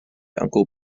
uncle